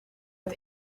het